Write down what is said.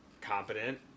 competent